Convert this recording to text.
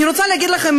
אני רוצה להגיד לכם,